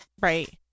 Right